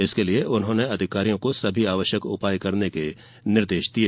इसके लिये उन्होंने अधिकारियों को सभी आवश्यक उपाय करने के निर्देश दिये